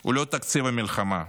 הוא לא תקציב המלחמה,